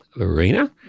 ARENA